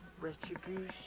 Retribution